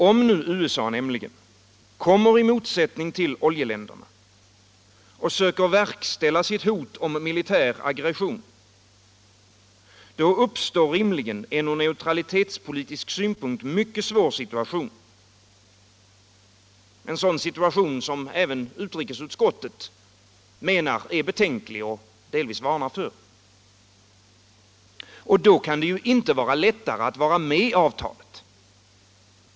Om nu USA kommer i motsättning till oljeländerna och söker verkställa sitt hot om militär aggression — då uppstår rimligen en ur neutralitetspolitisk synpunkt mycket svår situation, som även utrikesutskottet anser betänklig och delvis varnar för. Då kan det ju inte vara lättare att vara med i avtalet.